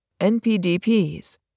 NPDPs